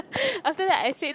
after that I said that